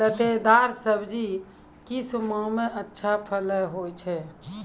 लतेदार दार सब्जी किस माह मे अच्छा फलन होय छै?